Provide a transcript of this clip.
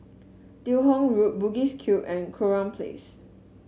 Teo Hong Road Bugis Cube and Kurau Place